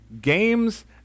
games